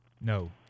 No